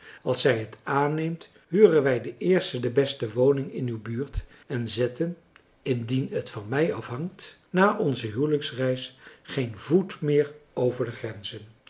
als zij het aanneemt huren wij de eerste de beste woning in uw buurt en zetten indien t van mij afhangt na onze huwelijksreis geen voet meer over de grenzen